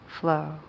flow